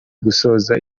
gusoza